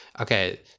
Okay